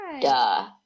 duh